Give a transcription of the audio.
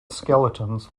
skeletons